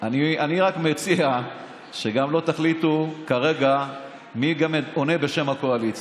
אני רק מציע שגם לא תחליטו כרגע מי באמת עונה בשם הקואליציה.